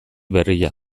berria